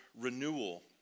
Renewal